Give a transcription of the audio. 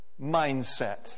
mindset